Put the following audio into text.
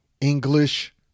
English